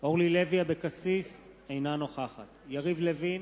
אורלי לוי אבקסיס, אינה נוכחת יריב לוין,